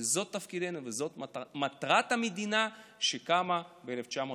וזה תפקידנו וזו מטרת המדינה שקמה ב-1948.